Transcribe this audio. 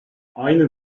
aynı